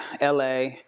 LA